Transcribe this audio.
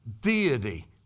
deity